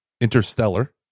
Interstellar